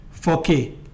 4K